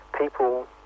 people